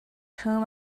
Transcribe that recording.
whom